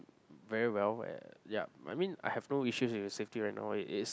very well uh yup I mean I have no issue with the safety right now it is